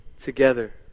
together